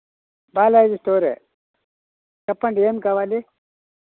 బాలాజీ స్టోరే చెప్పండి ఏమి కావాలి